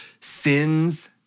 sins